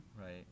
right